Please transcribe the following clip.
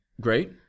Great